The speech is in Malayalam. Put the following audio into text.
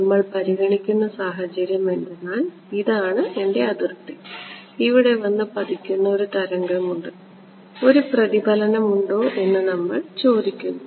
നമ്മൾ പരിഗണിക്കുന്ന സാഹചര്യം എന്തെന്നാൽ ഇതാണ് എന്റെ അതിർത്തി ഇവിടെ വന്നു പതിക്കുന്ന ഒരു തരംഗമുണ്ട് ഒരു പ്രതിഫലനം ഉണ്ടോ എന്ന് നമ്മൾ ചോദിക്കുന്നു